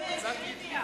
זה ברור.